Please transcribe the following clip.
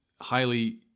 highly